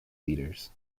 leaders